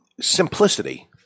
Simplicity